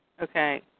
okay